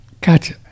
Gotcha